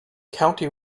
county